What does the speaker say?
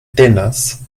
tenas